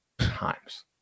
times